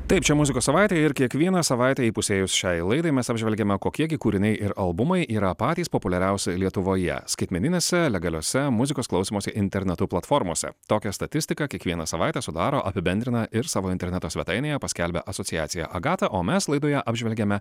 taip čia muzikos savaitė ir kiekvieną savaitę įpusėjus šiai laidai mes apžvelgiame kokie gi kūriniai ir albumai yra patys populiariausi lietuvoje skaitmeninėse legaliose muzikos klausymosi internetu platformose tokią statistiką kiekvieną savaitę sudaro apibendrina ir savo interneto svetainėje paskelbia asociacija agata o mes laidoje apžvelgiame